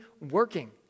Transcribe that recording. working